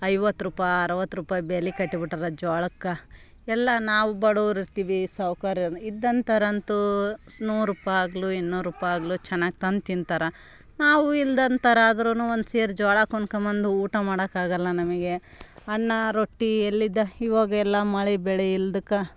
ಐವತ್ತು ರೂಪೈ ಅರವತ್ತು ರೂಪಾಯಿ ಬೆಲೆ ಕಟ್ಬಿಟ್ಟಾರೆ ಜೋಳಕ್ಕೆ ಎಲ್ಲ ನಾವು ಬಡವ್ರು ಇರ್ತೀವಿ ಸವುಕಾರ ಇದ್ದಂಥೊರಂತೂ ನೂರು ರೂಪೈಗ್ಲೂ ಇನ್ನೂರು ರೂಪೈಗ್ಲೂ ಚೆನ್ನಾಗಿ ತಂದು ತಿಂತಾರೆ ನಾವು ಇಲ್ಲದಂಥೋರು ಆದ್ರೂ ಒಂದು ಸೇರು ಜೋಳ ಕೊಂಡ್ಕೊಂಡು ಬಂದು ಊಟ ಮಾಡೋಕಾಗೊಲ್ಲ ನಮಗೆ ಅನ್ನ ರೊಟ್ಟಿ ಎಲ್ಲಿಂದ ಇವಾಗ ಎಲ್ಲ ಮಳೆ ಬೆಳೆ ಇಲ್ಲದಕ್ಕೆ